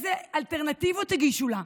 אילו אלטרנטיבות הציעו לה?